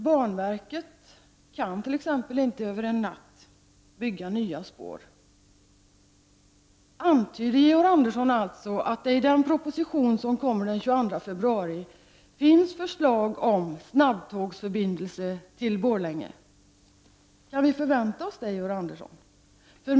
Banverket kan t.ex. inte över en natt bygga nya spår. Antyder Georg Andersson alltså att det i den proposition som kommer den 22 februari finns förslag om snabbtågsförbindelse till Borlänge? Kan vi förvänta oss det Georg Andersson?